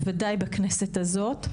בוודאי בכנסת הזאת,